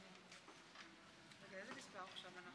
מוותר.